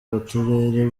b’uturere